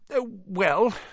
Well